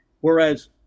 Whereas